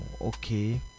okay